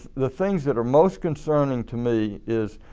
the things that are most concerning to me is